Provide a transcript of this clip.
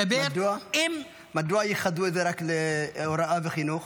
מדוע ייחדו את זה רק להוראה וחינוך